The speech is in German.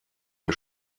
wir